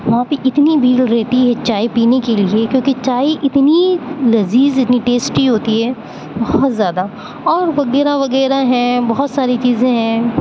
وہاں پہ اتنی بھیڑ رہتی ہے چائے پینے کے لیے کیوں کہ چائے اتنی لذیذ اتنی ٹیسٹی ہوتی ہے بہت زیادہ اور وغیرہ وغیرہ ہیں بہت ساری چیزیں ہیں